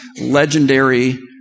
legendary